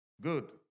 Good